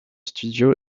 studio